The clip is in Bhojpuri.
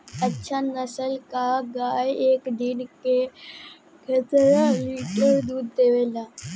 अच्छी नस्ल क गाय एक दिन में केतना लीटर दूध देवे ला?